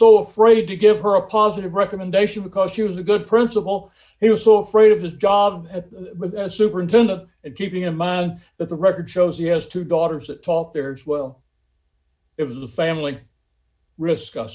so afraid to give her a positive recommendation because she was a good principal he was so afraid of his job at the superintendent and keeping in mind that the record shows he has two daughters that fall fairs well if the family risk a